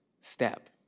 step